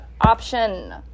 option